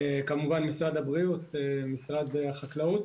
כמובן משרד הבריאות, משרד החקלאות